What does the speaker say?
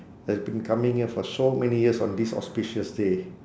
has been coming here for so many years on this auspicious day